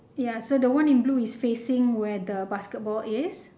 ya so the one in blue is facing where the basketball is